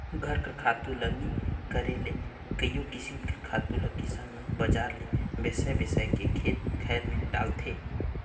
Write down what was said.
घर कर खातू ल नी करे ले कइयो किसिम कर खातु ल किसान मन बजार ले बेसाए बेसाए के खेत खाएर में डालथें